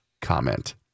comment